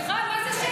סליחה, מה זה שקט?